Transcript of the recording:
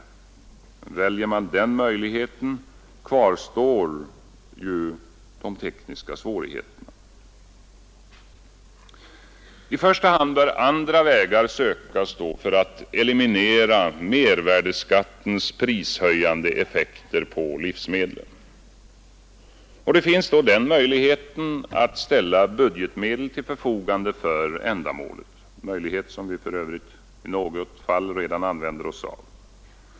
Men väljer man den möjligheten kvarstår ju de tekniska svårigheterna. I första hand bör andra vägar sökas för att eliminera mervärdeskattens prishöjande effekter på livsmedlen. Det finns då den möjligheten att ställa budgetmedel till förfogande för ändamålet, en möjlighet som vi för övrigt i något fall redan använder oss av.